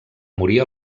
morir